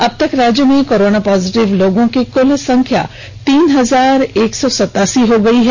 अबतक राज्य में कोरोना पॉजिटिव लोगों की कुल संख्या तीन हजार एक सौ सतासी हो गयी है